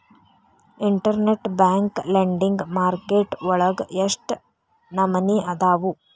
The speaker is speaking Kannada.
ಇನ್ಟರ್ನೆಟ್ ಬ್ಯಾಂಕ್ ಲೆಂಡಿಂಗ್ ಮಾರ್ಕೆಟ್ ವಳಗ ಎಷ್ಟ್ ನಮನಿಅದಾವು?